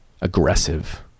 aggressive